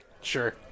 Sure